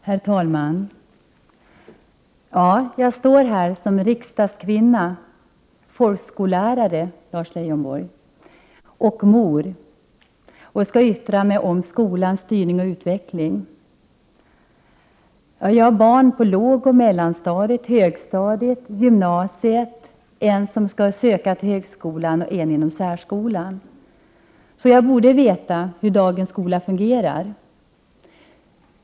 Herr talman! Jag står här som riksdagskvinna, folkskollärare — Lars Leijonborg —- och mor och skall yttra mig om skolans styrning och utveckling. Jag har barn på lågoch mellanstadiet, på högstadiet, i gymnasiet, en som skall sökå till högskolan och en inom särskolan, så jag borde veta hur dagens skola fungerar.